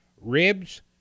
ribs